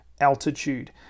altitude